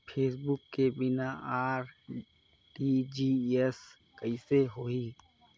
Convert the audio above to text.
Chequebook के बिना RTGS कइसे होही?